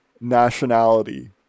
nationality